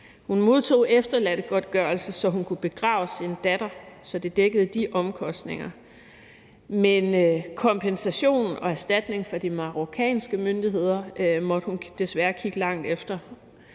Hun modtog efterladtegodtgørelse, så hun kunne få dækket omkostningerne til at begrave sin datter, men kompensation og erstatning fra de marokkanske myndigheder måtte hun desværre kigge langt efter.